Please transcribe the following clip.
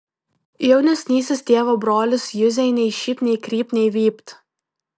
jaunesnysis tėvo brolis juzei nei šypt nei krypt nei vypt